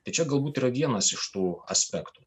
tai čia galbūt yra vienas iš tų aspektų